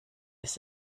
ist